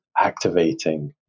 activating